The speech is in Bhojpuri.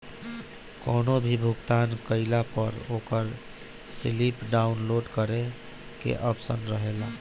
कवनो भी भुगतान कईला पअ ओकर स्लिप डाउनलोड करे के आप्शन रहेला